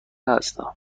هستم